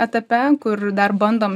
etape kur dar bandom